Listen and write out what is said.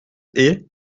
haies